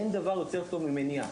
אין דבר יותר טוב ממניעה,